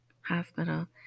hospital